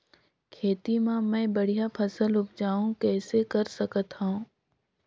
खेती म मै बढ़िया फसल उपजाऊ कइसे कर सकत थव?